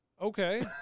Okay